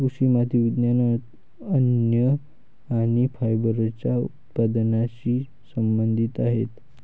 कृषी माती विज्ञान, अन्न आणि फायबरच्या उत्पादनाशी संबंधित आहेत